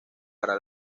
para